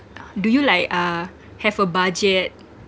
do you like uh have a budget